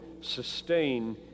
sustain